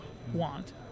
want